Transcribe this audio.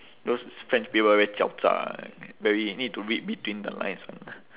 those french people very 狡诈 very need to read between the lines [one]